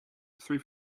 three